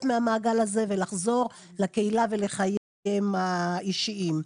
מהמעגל הזה ולחזור לקהילה ולחייהם האישיים.